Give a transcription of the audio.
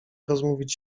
rozmówić